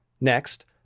Next